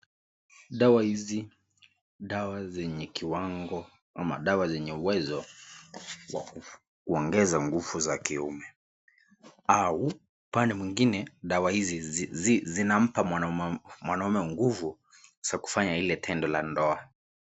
Dawa hizi, dawa zenye kiwango ama dawa zenye uwezo wa kuongeza nguvu za kiume au upande mwingine dawa hizi zinampa mwanaume nguvu za kufanya ile tendo la ndoa.